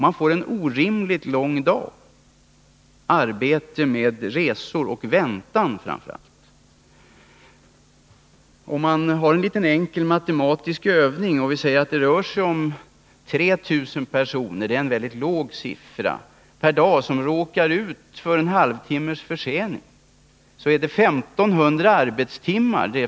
Arbetsdagen blir orimligt lång på grund av resor och framför allt väntan. Låt oss anta att det gäller 3 000 personer — det är en låg siffra — som varje dag råkar ut för en halvtimmes försening. Det motsvarar 1 500 arbetstimmar.